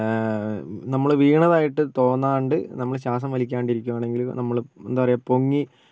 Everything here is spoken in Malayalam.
നമ്മൾ വീണതായിട്ട് തോന്നാണ്ട് നമ്മൾ ശ്വാസം വലിക്കാണ്ടിരിക്കുവാണെങ്കിൽ നമ്മൾ എന്താ പറയാ പൊങ്ങി